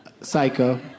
Psycho